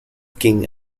king